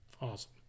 Awesome